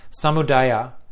samudaya